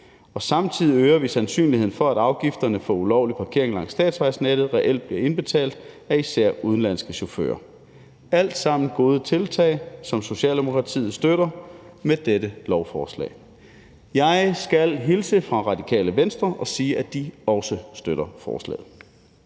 Samtidig øger vi sandsynligheden for, at afgifterne for ulovlig parkering langs statsvejnettet reelt også bliver indbetalt af især udenlandske chauffører – alt sammen gode tiltag, som Socialdemokratiet støtter med dette lovforslag. Jeg skal hilse fra Radikale Venstre og sige, at de også støtter forslaget.